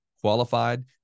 Qualified